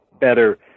better